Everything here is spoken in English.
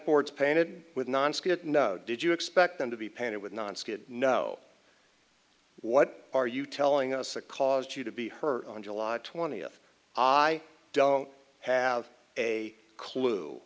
boards painted with nonskid no did you expect them to be painted with nonskid no what are you telling us that caused you to be hurt on july twentieth i don't have a clue